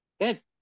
Good